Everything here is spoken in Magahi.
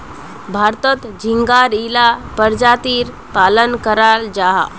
भारतोत झिंगार इला परजातीर पालन कराल जाहा